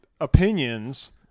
opinions